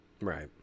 Right